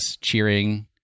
Cheering